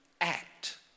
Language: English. act